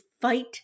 fight